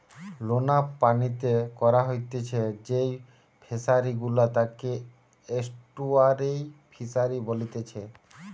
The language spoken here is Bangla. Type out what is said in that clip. লোনা পানিতে করা হতিছে যেই ফিশারি গুলা তাকে এস্টুয়ারই ফিসারী বলেতিচ্ছে